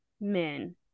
men